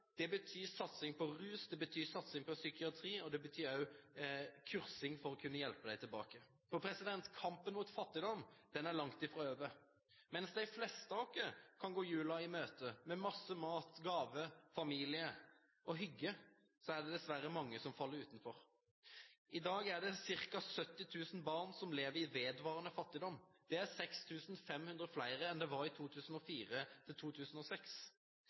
Det betyr satsing på rus, det betyr satsing på psykiatri, og det betyr også kursing for å kunne hjelpe dem tilbake. For kampen mot fattigdom er langt fra over. Mens de fleste av oss kan gå jula i møte med masse mat, gaver, familie og hygge, er det dessverre mange som faller utenfor. I dag er det ca. 70 000 barn som lever i vedvarende fattigdom. Det er 6 500 flere enn det var i